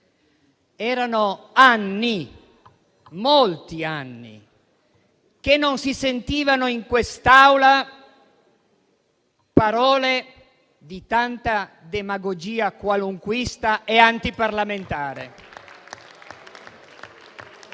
erano anni, molti anni, che non si sentivano in quest'Aula parole di tanta demagogia qualunquista e antiparlamentare.